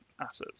assets